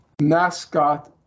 mascot